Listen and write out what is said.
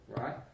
right